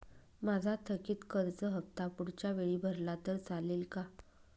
माझा थकीत कर्ज हफ्ता पुढच्या वेळी भरला तर चालेल का?